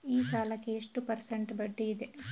ಈ ಸಾಲಕ್ಕೆ ಎಷ್ಟು ಪರ್ಸೆಂಟ್ ಬಡ್ಡಿ ಇದೆ?